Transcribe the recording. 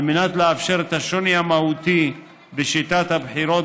על מנת לאפשר את השוני המהותי בשיטת הבחירות